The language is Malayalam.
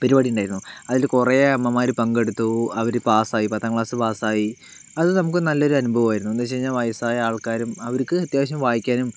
പരിപാടി ഉണ്ടായിരുന്നു അതിൽ കുറേ അമ്മമ്മാര് പങ്കെടുത്തു അവര് പാസ്സായി പത്താം ക്ലാസ് പാസ്സായി അത് നമുക്ക് നല്ലൊരു അനുഭവമായിരുന്നു എന്താണെന്ന് വെച്ച് കഴിഞ്ഞാൽ വയസ്സായ ആൾക്കാരും അവർക്ക് അത്യാവശ്യം വായിക്കാനും